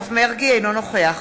אינו נוכח